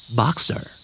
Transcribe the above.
boxer